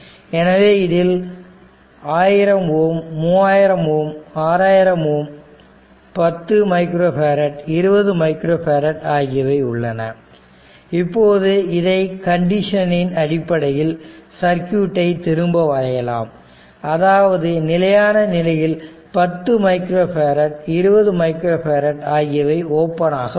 எனவே இதில் 1000 ohm 3000 ohm 6000 ohm 10 micro farad 20 micro farad ஆகியவை உள்ளன இப்போது இதை கண்டிஷனின் அடிப்படையில் சர்க்யூட்டை திரும்ப வரையலாம் அதாவது நிலையான நிலையில் 10 மைக்ரோ பேரட் 20 மைக்ரோ பேரட் ஆகியவை ஓபன் ஆக உள்ளது